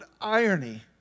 irony